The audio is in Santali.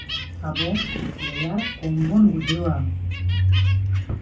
ᱟᱵᱚ ᱨᱮᱭᱟᱲ ᱠᱚᱢ ᱵᱚᱱ ᱵᱩᱡᱷᱟᱹᱣᱟ